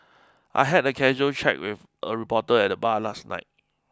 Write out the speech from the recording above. I had a casual chat with a reporter at the bar last night